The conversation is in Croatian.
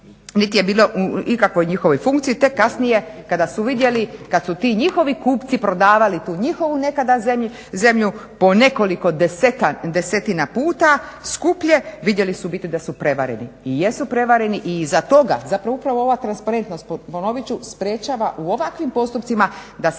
nit je bilo u ikakvoj njihovoj funkciji tek kasnije kada su vidjeli, kad su ti njihovi kupci prodavali tu njihovu nekada zemlju po nekoliko desetina puta skuplje, vidjeli su u biti da su prevareni i jesu prevareni i iza toga zapravo upravo ova transparentnost ponovit ću sprječava u ovakvim postupcima da se